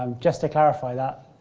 um just to clarify that,